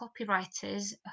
copywriters